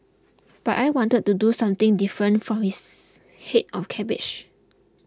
but I wanted to do something different for this head of cabbage